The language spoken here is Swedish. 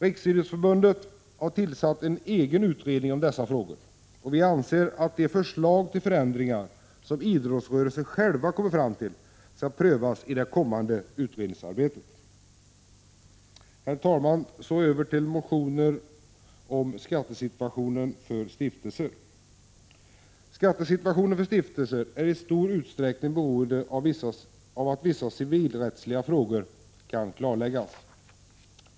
Riksidrottsförbundet har tillsatt en egen utredning om dessa frågor, och vi anser att de förslag till förändringar som idrottsrörelsen själv kommer fram till skall prövas i det kommande utredningsarbetet. Herr talman! Så över till motionerna om skattesituationen för stiftelser. Skattesituationen för stiftelser är i stor utsträckning beroende av att vissa civilrättsliga frågor kan klarläggas.